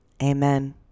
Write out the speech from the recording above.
amen